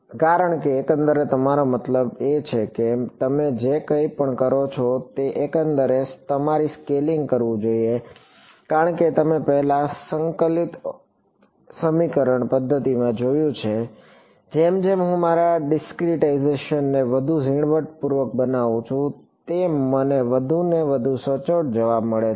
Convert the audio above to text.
કારણ કે એકંદરે તમારો મારો મતલબ છે કે તમે જે કંઈ પણ કરો છો તે એકંદરે તમારી સ્કેલિંગ કરવું જોઈએ કારણ કે તમે પહેલાં સંકલિત સંકલન સમીકરણ પદ્ધતિઓમાં જોયું છે જેમ જેમ હું મારા ડિસ્કરીટાઈઝેશનને વધુ ઝીણવટપૂર્વક બનાવું છું તેમ મને વધુને વધુ સચોટ જવાબો મળે છે